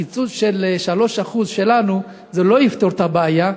הקיצוץ של 3% לנו לא יפתור את הבעיה,